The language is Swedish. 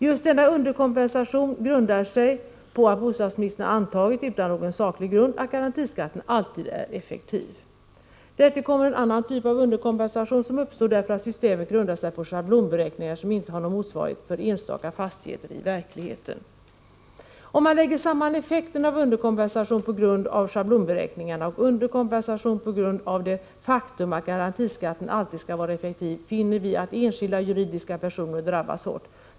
Just denna underkompensation grundar sig på att bostadsministern har antagit — utan någon saklig grund — att garantiskatten alltid är effektiv. Därtill kommer en annan typ av underkompensation som uppstår därför att systemet grundar sig på schablonberäkningar som inte har någon motsvarighet för enstaka fastigheter i verkligheten. Om man lägger samman effekten av underkompensation på grund av schablonberäkningarna och underkompensation på grund av det faktum att garantiskatten alltid skall vara effektiv, finner vi att enskilda juridiska personer drabbas hårt.